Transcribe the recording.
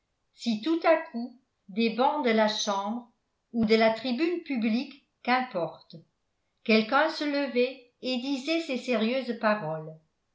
si tout à coup des bancs de la chambre ou de la tribune publique qu'importe quelqu'un se levait et disait ces sérieuses paroles